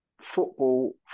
football